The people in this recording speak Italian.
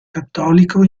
cattolico